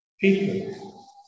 People